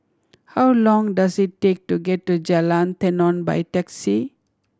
how long does it take to get to Jalan Tenon by taxi